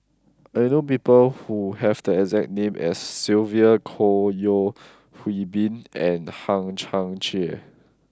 I know people who have the exact name as Sylvia Kho Yeo Hwee Bin and Hang Chang Chieh